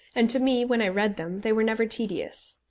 and to me, when i read them, they were never tedious.